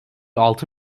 altı